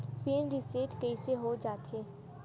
Pin reset कइसे हो जाथे?